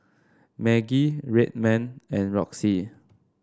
Maggi Red Man and Roxy